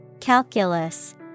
Calculus